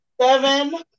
Seven